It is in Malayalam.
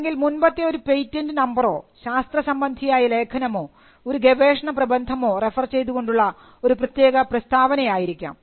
അല്ലെങ്കിൽ മുൻപത്തെ ഒരു പേറ്റന്റ് നമ്പറോ ശാസ്ത്രസംബന്ധിയായ ലേഖനമോ ഒരു ഗവേഷണ പ്രബന്ധമോ റഫർ ചെയ്തുകൊണ്ടുള്ള ഒരു പ്രത്യേക പ്രസ്താവന ആയിരിക്കാം